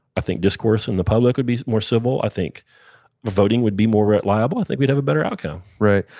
i think discourse in the public would be more civil. i think voting would be more reliable. i think we'd have a better outcome right.